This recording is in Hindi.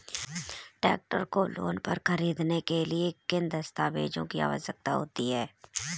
ट्रैक्टर को लोंन पर खरीदने के लिए किन दस्तावेज़ों की आवश्यकता होती है?